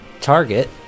target